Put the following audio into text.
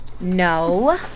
No